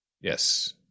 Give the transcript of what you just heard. Yes